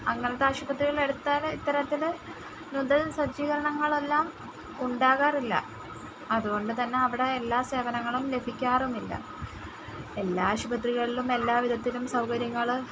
അങ്ങനത്തെ ആശുപത്രികൾ എടുത്താൽ ഇത്തരത്തിൽ നൂതന സജ്ജീകരണങ്ങളെല്ലാം ഉണ്ടാകാറില്ല അതുകൊണ്ടു തന്നെ അവിടെ എല്ലാ സേവനങ്ങളും ലഭിക്കാറുമില്ല എല്ലാ ആശുപത്രികളിലും എല്ലാവിധത്തിലും സൗകര്യങ്ങൾ